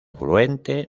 afluente